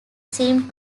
seem